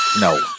No